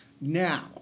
Now